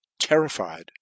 Terrified